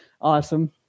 awesome